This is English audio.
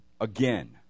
again